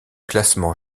classement